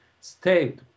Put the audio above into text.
state